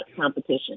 competition